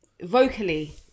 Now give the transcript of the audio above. vocally